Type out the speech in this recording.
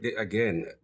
again